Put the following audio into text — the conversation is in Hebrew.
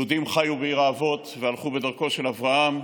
יהודים חיו בעיר האבות והלכו בדרכו של אברהם,